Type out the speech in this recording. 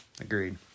agreed